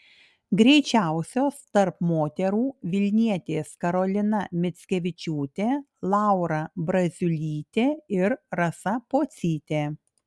greičiausios tarp moterų vilnietės karolina mickevičiūtė laura braziulytė ir rasa pocytė